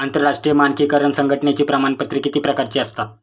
आंतरराष्ट्रीय मानकीकरण संघटनेची प्रमाणपत्रे किती प्रकारची असतात?